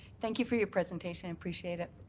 thank you for your presentation, i appreciate it.